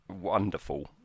wonderful